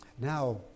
Now